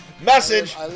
Message